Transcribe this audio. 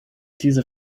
diese